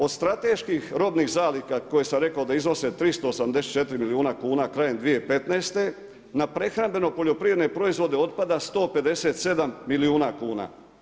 Od strateških robnih zaliha koje sam rekao da iznose 384 milijuna kuna krajem 2015., na prehrambeno-poljoprivredne proizvode otpada 157 milijuna kuna.